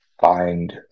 find